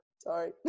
Sorry